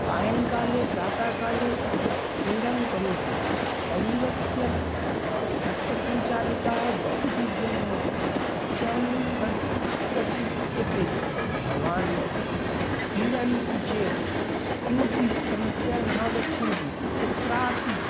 सायङ्काले प्रातःकाले एतत् क्रीडां करोति शरीरस्य रक्तसञ्चालनं बहु तीव्रं भवति तस्यां तत् कर्तुं शक्यते भवान् क्रीडन्ति चेत् कापि समस्या नागच्छन्ति कुत्रापि